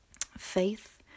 Faith